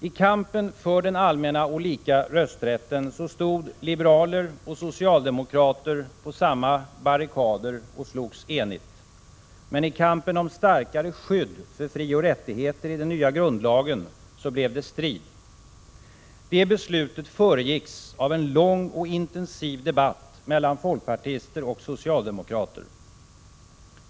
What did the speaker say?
I kampen för allmän och lika rösträtt stod liberaler och socialdemokrater på samma barrikad och slogs enigt. Men i kampen om starkare skydd för frioch rättigheter i den nya grundlagen blev det strid. Det beslutet föregicks av en lång och intensiv debatt mellan folkpartister och socialdemokrater.